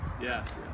Yes